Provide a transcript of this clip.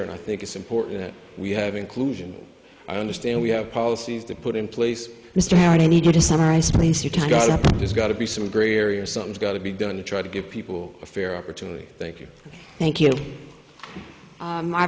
and i think it's important that we have inclusion i understand we have policies to put in place there's got to be some gray areas something's got to be done to try to give people a fair opportunity thank you thank you